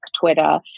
Twitter